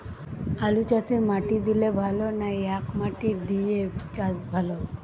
আলুচাষে মাটি দিলে ভালো না একমাটি দিয়ে চাষ ভালো?